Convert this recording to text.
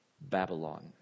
Babylon